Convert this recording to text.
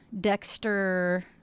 dexter